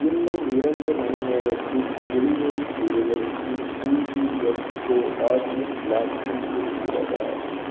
இன்னும் இரண்டு மணி நேரத்தில் டெலிவெரி செய்வதற்கு DGL co Darjeeling black tea இருக்கிறதா